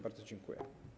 Bardzo dziękuję.